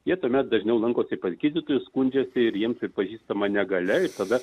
jie tuomet dažniau lankosi pas gydytojus skundžiasi ir jiems pripažįstama negalia tada